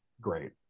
great